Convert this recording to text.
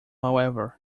however